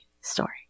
story